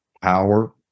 power